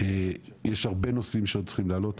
יש הרבה נושאים שעוד צריכים לעלות.